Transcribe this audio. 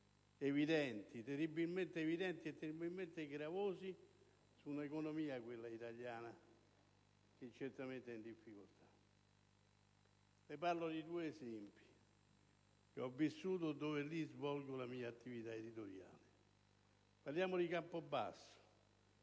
evidenti, terribilmente evidenti e terribilmente gravosi su un'economia, quella italiana, che certamente è in difficoltà. Le riporto due esempi che ho vissuto dove svolgo la mia attività editoriale. Parliamo di Campobasso,